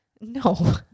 No